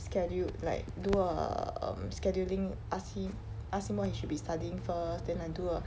schedule like do a um scheduling ask him ask him what he should be studying first then I do a